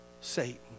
Satan